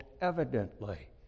evidently